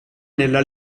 nella